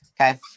Okay